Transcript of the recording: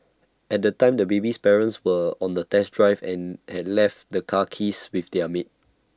at the time the baby's parents were on A test drive and had left the car keys with their maid